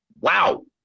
Wow